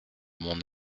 mon